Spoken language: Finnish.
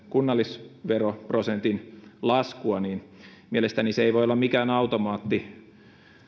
kunnallisveroprosentin laskua niin mielestäni se ei voi olla mikään automaatti